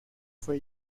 fue